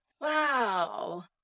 Wow